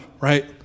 right